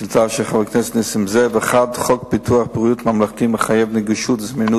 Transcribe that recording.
2009): פורסם כי פג חי נשלח בשבוע שעבר